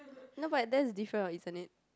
no but that is difference orh isn't it